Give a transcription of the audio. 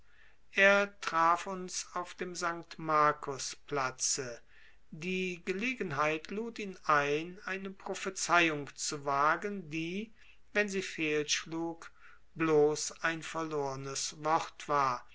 er traf uns auf dem st markusplatze die gelegenheit lud ihn ein eine prophezeiung zu wagen die wenn sie fehlschlug bloß ein verlornes wort war